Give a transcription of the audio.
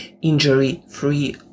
injury-free